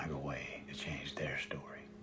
um a way to change their story.